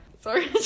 Sorry